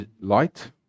light